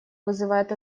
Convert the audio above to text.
вызывает